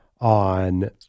on